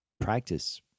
practice